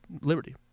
Liberty